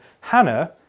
Hannah